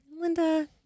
Linda